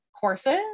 courses